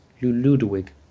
Ludwig